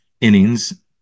innings